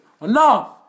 Enough